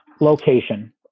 location